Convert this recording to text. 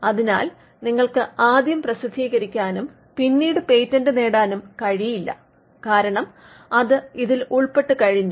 അതിനാൽ നിങ്ങൾക്ക് ആദ്യം പ്രസിദ്ധീകരിക്കാനും പിന്നീട് പേറ്റന്റ് നേടാനും കഴിയില്ല കാരണം അത് ഇതിൽ ഉൾപെട്ടുകഴിഞ്ഞു